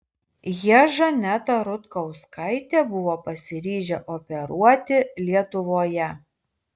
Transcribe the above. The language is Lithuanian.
jie žanetą rutkauskaitę buvo pasiryžę operuoti lietuvoje